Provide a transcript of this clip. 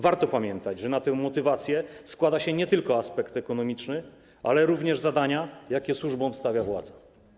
Warto pamiętać, że na tę motywację składa się nie tylko aspekt ekonomiczny, ale również zadania, jakie służbom stawia władza.